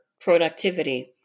productivity